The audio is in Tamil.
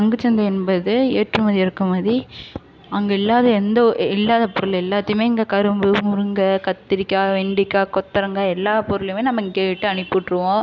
பங்குச்சந்தை என்பது ஏற்றுமதி இறக்குமதி அங்கே இல்லாத எந்த ஒ இல்லாத பொருள் எல்லாத்தையுமே இங்கே கரும்பு முருங்கை கத்திரிக்காய் வெண்டைக்கா கொத்தரங்காய் எல்லா பொருளுமே நம்ம இங்கேட்டு அனுப்பிவிட்ருவோம்